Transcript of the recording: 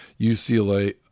UCLA